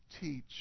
teach